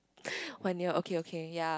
one year okay okay ya